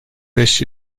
beş